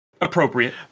appropriate